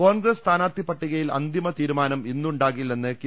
കോൺഗ്രസ് സ്ഥാനാർത്ഥി പട്ടികയിൽ അന്തിമ തീരുമാനം ഇന്നുണ്ടാ കില്ലെന്ന് കെ